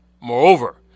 Moreover